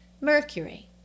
Mercury